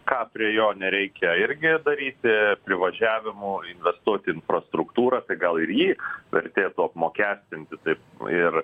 ką prie jo nereikia irgi daryti privažiavimų investuoti infrastruktūrą tai gal ir jį vertėtų apmokestinti taip ir